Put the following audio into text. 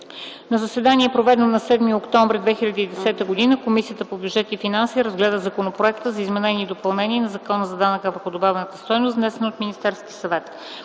На заседанието проведено на 7 октомври 2010 г. Комисията по бюджет и финанси разгледа Законопроекта за изменение и допълнение на Закона за данъка върху добавената стойност, внесен от Министерския съвет.